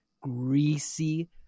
greasy